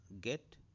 get